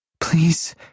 Please